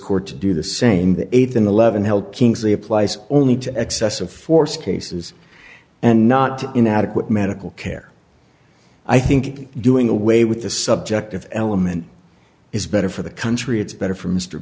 court to do the same the th an eleven help kingsley applies only to excessive force cases and not in adequate medical care i think doing away with the subjective element is better for the country it's better for m